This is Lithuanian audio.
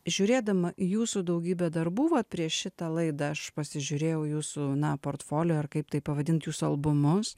žiūrėdama į jūsų daugybę darbų vat prieš šitą laidą aš pasižiūrėjau jūsų na portfoli ar kaip tai pavadint jūsų albumus